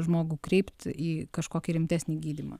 žmogų kreipt į kažkokį rimtesnį gydymą